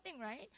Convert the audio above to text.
right